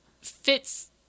fits